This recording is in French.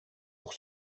pour